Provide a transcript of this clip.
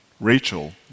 Rachel